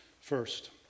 First